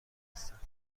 هستند